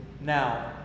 now